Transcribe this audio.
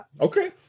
Okay